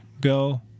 go